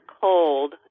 cold